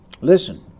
Listen